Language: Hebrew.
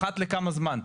אחת לכמה זמן.